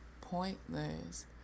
pointless